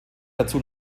dazu